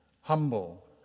humble